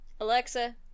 alexa